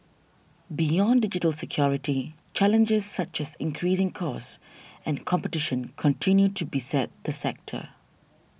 beyond digital security challenges such as increasing costs and competition continue to beset the sector